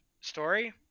story